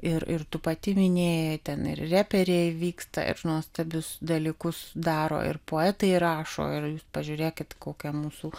ir ir tu pati minėjai ten ir reperiai vyksta ir nuostabius dalykus daro ir poetai rašo ir jūs pažiūrėkit kokia mūsų